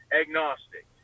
agnostic